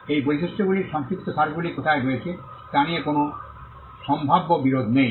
এই বৈশিষ্ট্যগুলির সংক্ষিপ্তসারগুলি কোথায় রয়েছে তা নিয়ে কোনও সম্ভাব্য বিরোধ নেই